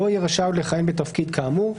לא יהיה רשאי עוד לכהן בתפקיד כאמור.